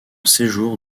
séjour